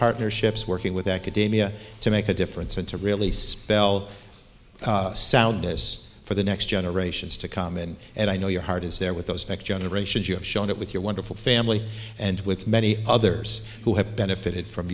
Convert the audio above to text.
partnerships working with academia to make a difference and to really spell soundness for the next generations to come in and i know your heart is there with those generations you have shown it with your wonderful family and with many others who have benefited from